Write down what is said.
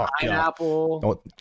Pineapple